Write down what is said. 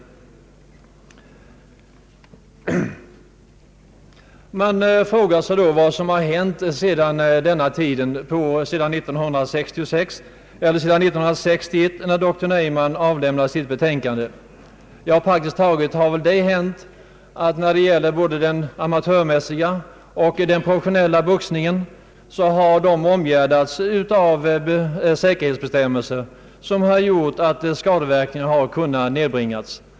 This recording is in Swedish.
Man frågar sig då vad som har hänt sedan år 1961 när doktor Naumann avlämnade sitt betänkande. Vad som har hänt beträffande både den professionella och den amatörmässiga boxningen är att de har omgärdats med säkerhetsbestämmelser, som medfört att skadeverkningarna har kunna nedbringas.